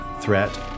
threat